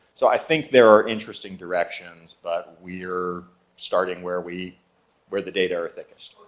so i think there are interesting directions, but we're starting where we where the data are thickest.